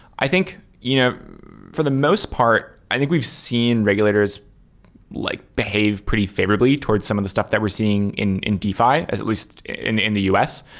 i think you know for the most part, i think we've seen regulators like behave pretty favorably toward some of these stuff that we're seeing in in defi as at least in in the us.